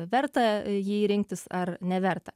verta jį rinktis ar neverta